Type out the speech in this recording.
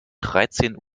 dreizehn